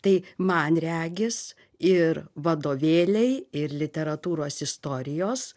tai man regis ir vadovėliai ir literatūros istorijos